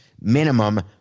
minimum